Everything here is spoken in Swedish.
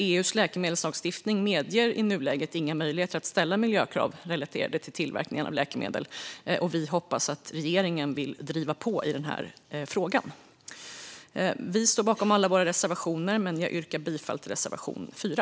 EU:s läkemedelslagstiftning medger i nuläget inga möjligheter att ställa miljökrav relaterade till tillverkningen av läkemedel, och vi hoppas att regeringen vill driva på i den här frågan. Vi står bakom alla våra reservationer, men jag yrkar bifall endast till reservation 4.